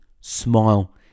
Smile